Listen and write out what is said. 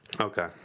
Okay